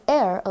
air